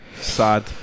sad